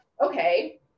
okay